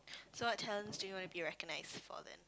so what talents do you wanna be recognised for then